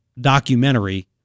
documentary